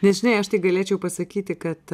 bet žinai aš tik galėčiau pasakyti kad